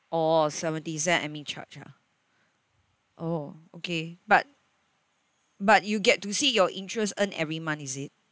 oh seventy cent admin charge ah oh okay but but you get to see your interest earned every month is it